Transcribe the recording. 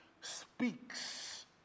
speaks